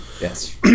Yes